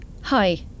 Hi